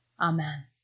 Amen